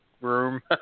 room